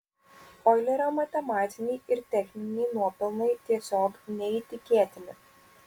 oilerio matematiniai ir techniniai nuopelnai tiesiog neįtikėtini